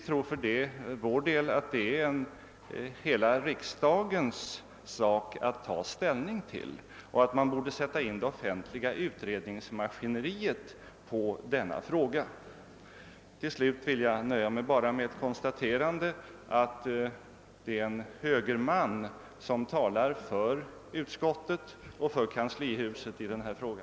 För vår del anser vi att det är en hela riksdagens sak att ta ställning till och att man borde sätta in det offentliga utredningsmaskineriet på denna fråga. Till slut vill jag nöja mig med att konstatera, att det är en högerman som talar för utskottet och för kanslihuset i denna fråga.